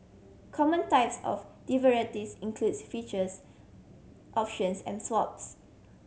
common types of derivatives includes futures options and swaps